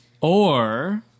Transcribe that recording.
Or-